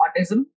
autism